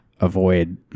avoid